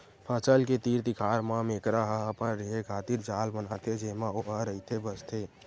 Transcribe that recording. फसल के तीर तिखार म मेकरा ह अपन रेहे खातिर जाल बनाथे जेमा ओहा रहिथे बसथे